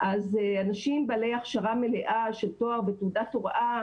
אז אנשים בעלי הכשרה מלאה של תואר ותעודת הוראה